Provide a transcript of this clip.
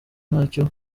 ntacyo